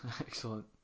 excellent